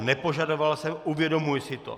Nepožadoval jsem, uvědomuji si to.